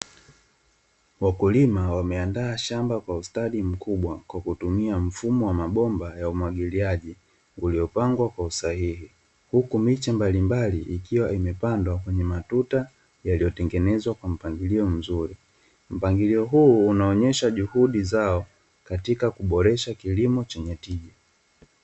Wakulima wameanda shamba kwa ustadi mkubwa kwa kutumia mfumo wa mabomba ya umwagiliaji uliopangwa kwa usahihi, huku miche mbalimbali ikiwa imepandwa kwenye matuta yaliyotengenezwa kwa mpangilio mzuri, mpangilio huu unaonyesha juhudi zao katika kupangilia kilimo chenye tija.